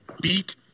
beat